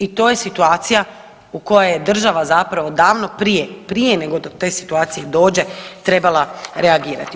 I to je situacija u kojoj je država zapravo davno prije, prije nego do te situacije dođe trebala reagirati.